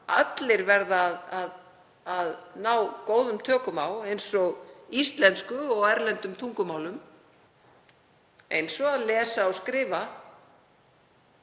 allir verða að ná góðum tökum á eins og íslensku og erlendum tungumálum, eins og að lesa og skrifa,